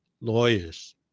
lawyers